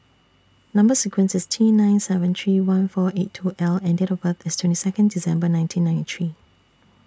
Number sequence IS T nine seven three one four eight two L and Date of birth IS twenty Second December nineteen ninety three